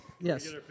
yes